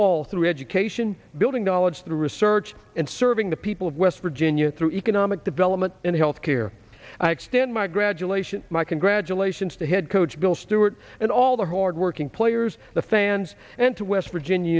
all through education building knowledge through research and serving the people of west virginia through economic development and health care i extend my graduation my congratulations to head coach bill stewart and all the hardworking players the fans and to west virginia